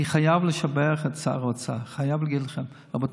אני חייב לשבח את שר האוצר, אני